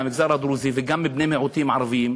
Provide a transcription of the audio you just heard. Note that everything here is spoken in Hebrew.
מהמגזר הדרוזי,